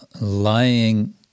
lying